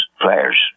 players